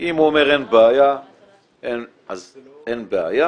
אם הוא אומר שאין בעיה אז אין בעיה